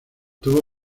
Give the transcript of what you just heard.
tuvo